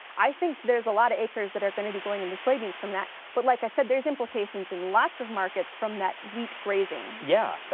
i think there's a lot of acres that are going to be going into soybeans from that. but, like i said, there's implications in lots of markets from that wheat grazing. pearson yeah yeah.